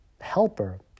helper